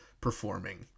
performing